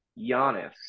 Giannis